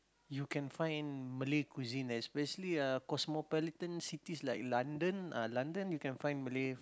you can find Malay cuisine especially uh cosmopolitan cities like London ah London you can find Malay